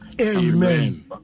Amen